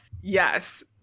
Yes